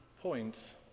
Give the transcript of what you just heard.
points